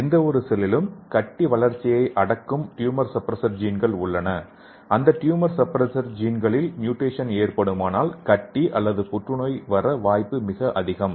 ஒவ்வொரு செல்லிலும் கட்டி வளர்ச்சியை அடக்கும் ட்யூமர் சப்ரசர் ஜீன்கள் உள்ளன அந்த டியூமர் சப்ரசர் ஜீன்களில் மியூட்டேஷன் ஏற்படுமானால் கட்டி அல்லது புற்று நோய் வர வாய்ப்பு மிக அதிகம்